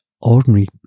ordinary